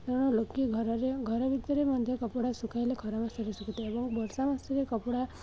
କାରଣ ଲୋକେ ଘରେ ଘର ଭିତରେ ମଧ୍ୟ କପଡ଼ା ଶୁଖାଇଲେ ଖରା ମାସରେ ଶୁଖିଥାଏ ଏବଂ ବର୍ଷା ମାସରେ କପଡ଼ା